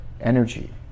energy